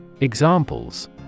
Examples